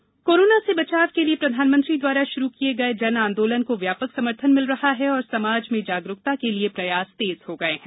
जन आंदोलन अपील कोरोना से बचाव के लिए प्रधानमंत्री द्वारा शुरू किये गये जन आंदोलन को व्यापक समर्थन मिल रहा है और समाज में जागरूकता के लिए प्रयास तेज हो गये है